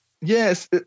Yes